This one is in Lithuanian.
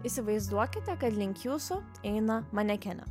įsivaizduokite kad link jūsų eina manekenė